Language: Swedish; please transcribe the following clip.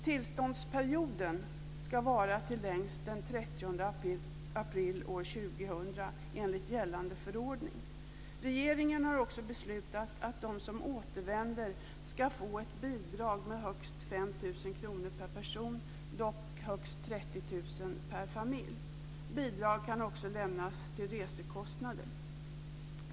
Tillståndsperioden ska vara till längst den 30 april år 2000 enligt gällande förordning. Regeringen har också beslutat att de som återvänder ska få ett bidrag med högst 5 000 kr per person, dock högst 30 000 kr per familj. Bidrag kan också lämnas till resekostnader.